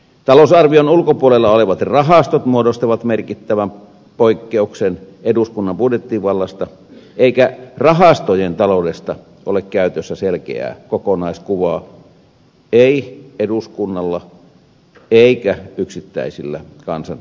talousarvion ulkopuolella olevat rahastot muodostavat merkittävän poikkeuksen eduskunnan budjettivallasta eikä rahastojen taloudesta ole käytöstä selkeää kokonaiskuvaa ei eduskunnalla eikä yksittäisillä kansanedustajilla